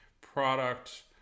product